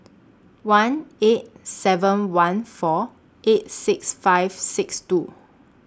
one eight seven one four eight six five six two